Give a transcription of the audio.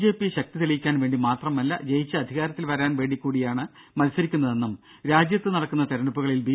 J P ശക്തി തെളിയിക്കാൻ വേണ്ടി മാത്രമല്ല ജയിച്ച് അധികാരത്തിൽ വരാൻ വേണ്ടി കൂടിയാണ് മത്സരിക്കുന്നതെന്നും രാജ്യത്ത് നടക്കുന്ന തെരഞ്ഞെടുപ്പുകളിൽ ബി